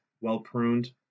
well-pruned